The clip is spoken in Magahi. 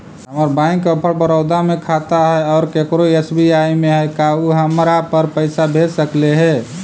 हमर बैंक ऑफ़र बड़ौदा में खाता है और केकरो एस.बी.आई में है का उ हमरा पर पैसा भेज सकले हे?